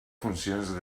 funcions